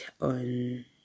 on